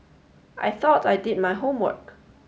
I thought I did my homework